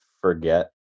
forget